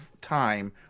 time